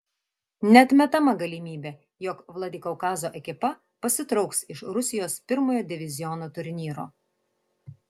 neatmetama galimybė jog vladikaukazo ekipa pasitrauks iš rusijos pirmojo diviziono turnyro